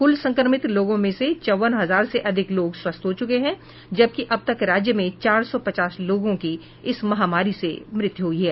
कुल संक्रमित लोगों में से चौवन हजार से अधिक लोग स्वस्थ हो चुके हैं जबकि अब तक राज्य में चार सौ पचास लोगों की इस महामारी से मृत्यु हुई है